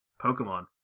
Pokemon